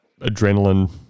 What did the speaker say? adrenaline